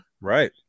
right